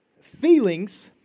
feelings